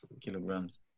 kilograms